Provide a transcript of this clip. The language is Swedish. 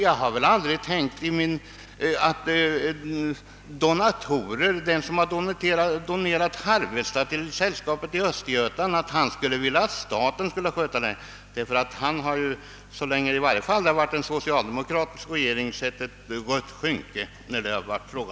Jag har inte tänkt mig att donatorer — t.ex. den som donerat Harvestad till sällskapet i Östergötland — vill att staten skall sköta detta.